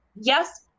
Yes